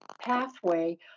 pathway